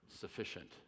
sufficient